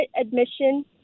admission